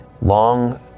Long